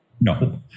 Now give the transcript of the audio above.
No